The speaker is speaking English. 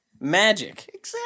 magic